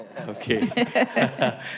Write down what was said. Okay